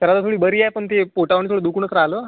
तर आता थोडी बरी आहे पण ते पोटामध्ये थोडं दुखूनच राहिलं